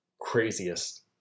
craziest